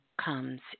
comes